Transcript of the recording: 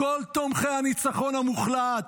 כל תומכי הניצחון המוחלט,